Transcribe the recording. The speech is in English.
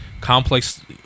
complex